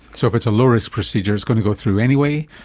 so if it's a low-risk procedure it's going to go through anyway,